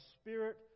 spirit